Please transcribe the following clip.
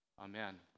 Amen